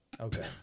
Okay